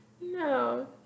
No